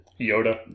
Yoda